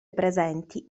presenti